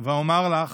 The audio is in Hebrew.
ואומר לך